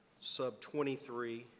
sub-23